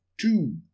two